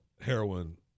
heroin